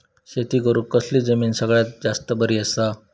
शेती करुक कसली जमीन सगळ्यात जास्त बरी असता?